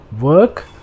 work